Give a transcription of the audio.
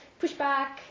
pushback